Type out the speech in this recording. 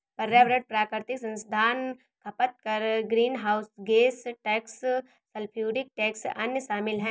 पर्यावरण प्राकृतिक संसाधन खपत कर, greenhouse gas tax, sulphuric tax, अन्य शामिल हैं